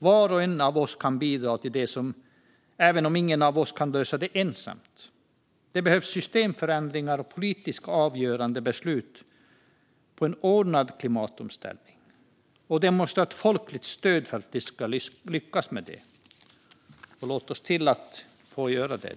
Var och en av oss kan bidra till detta även om ingen av oss kan lösa det ensam. Det behövs systemförändringar och politiskt avgörande beslut om en ordnad klimatomställning. För att vi ska lyckas med detta måste vi ha folkets stöd. Låt oss se till att vi får det.